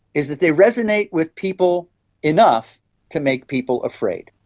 is that they resonate with people enough to make people afraid.